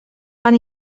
pan